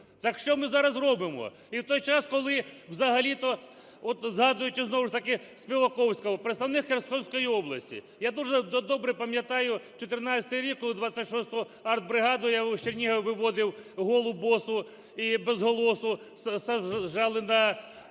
Так що ми зараз робимо? І в той час, коли взагалі-то, згадуючи знову ж таки Співаковського, представник Херсонського області. Я дуже добре пам'ятаю 14-й рік, коли 26 артбригаду я з Чернігова виводив голу, босу і безголосу, саджали на